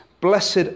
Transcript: blessed